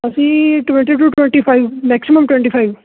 ਅਸੀਂ twenty to twenty five maximum twenty five